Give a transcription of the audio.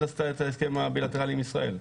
עשתה את ההסכם הבילטרלי עם ישראל,